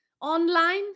online